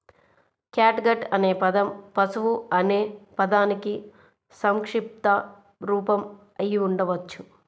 catgut అనే పదం పశువు అనే పదానికి సంక్షిప్త రూపం అయి ఉండవచ్చు